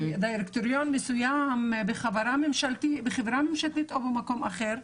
דירקטוריון מסוים בחברה ממשלתית או במקום אחר.